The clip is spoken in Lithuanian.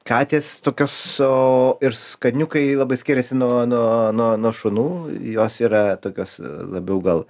katės tokios o ir skaniukai labai skiriasi nuo nuo nuo nuo šunų jos yra tokios labiau gal